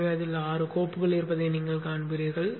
எனவே அதில் ஆறு கோப்புகள் இருப்பதை நீங்கள் காண்பீர்கள்